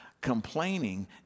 complaining